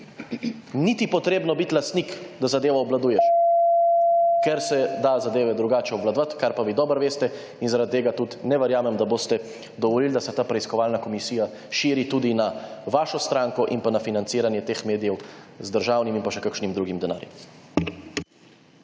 Niti potrebno biti lastnik, da zadevo obvladuješ, / znak za konec razprave/ ker se da zadeve drugače obvladovati, kar pa vi dobro veste in zaradi tega tudi ne verjamem, da boste dovolili, da se ta preiskovalna komisija širi tudi na vašo stranko in pa na financiranje teh medijev z državnim in pa še kakšnim drugim denarjem.